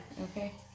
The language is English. Okay